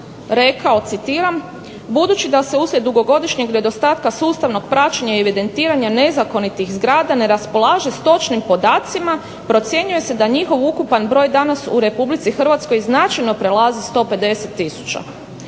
rekao citiram "Budući da se uslijed dugogodišnjeg nedostatka sustavnog praćenja i evidentiranja nezakonitih zgrada ne raspolaže s točnim podacima, procjenjuje se da njihov ukupan broj danas u RH značajno prelazi 150